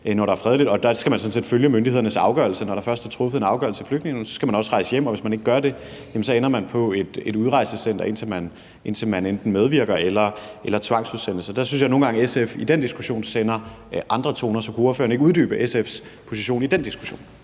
når der er fredeligt i hjemlandet, og man skal sådan set følge myndighedernes afgørelse. Når først der er truffet en afgørelse i Flygtningenævnet, skal man rejse hjem, og hvis man ikke gør det, ender man på et udrejsecenter, indtil man enten medvirker til udsendelse eller tvangsudsendes. Der synes jeg nogle gange, at SF i den diskussion sender andre signaler, så kunne ordføreren ikke uddybe SF's position i den diskussion?